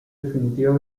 definitiva